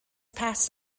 past